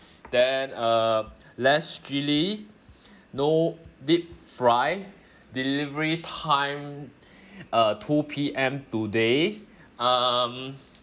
then uh less chili no deep fry delivery time uh two P_M today um